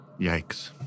Yikes